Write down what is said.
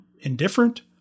indifferent